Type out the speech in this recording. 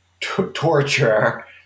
torture